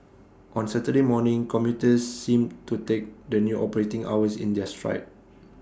on Saturday morning commuters seemed to take the new operating hours in their stride